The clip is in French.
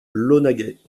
launaguet